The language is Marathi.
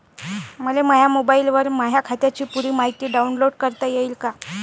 मले माह्या मोबाईलवर माह्या खात्याची पुरी मायती डाऊनलोड करता येते का?